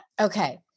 Okay